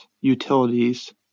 utilities